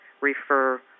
refer